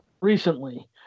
recently